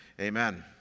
amen